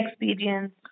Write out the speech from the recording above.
experience